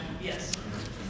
Yes